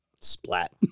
Splat